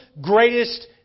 greatest